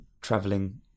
traveling